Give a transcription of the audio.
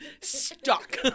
Stuck